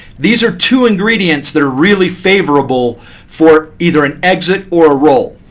these are two ingredients that are really favorable for either an exit or a roll.